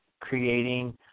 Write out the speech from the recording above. creating